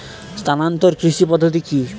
স্থানান্তর কৃষি পদ্ধতি কি?